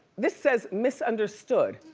this says misunderstood.